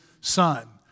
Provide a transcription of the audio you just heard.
Son